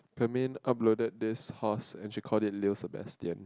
I mean uploaded this horse actually call it Liew Sebastian